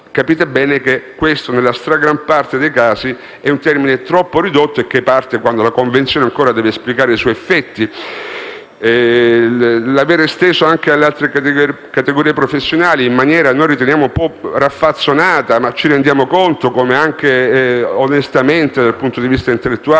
Capite bene che questo, nella gran parte dei casi, è un termine troppo ridotto e che parte quando la convenzione ancora deve esplicare i suoi effetti. L'estensione anche alle altre categorie professionali è avvenuta in maniera, noi riteniamo, raffazzonata, ma ci rendiamo conto onestamente, dal punto di vista intellettuale